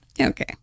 Okay